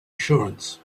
assurance